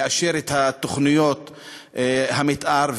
לאשר את תוכניות המתאר,